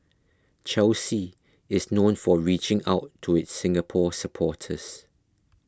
Chelsea is known for reaching out to its Singapore supporters